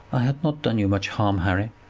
i had not done you much harm, harry.